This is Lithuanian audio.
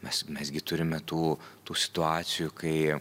mes mes gi turime tų tų situacijų kai